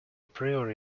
priori